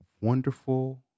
wonderful